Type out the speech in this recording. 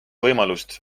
võimalust